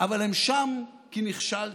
אבל הם שם כי נכשלת.